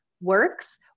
works